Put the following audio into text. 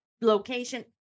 location